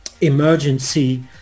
emergency